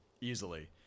easily